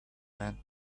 man